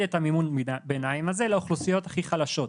את מימון הביניים הזה לאוכלוסיות הכי חלשות.